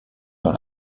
dans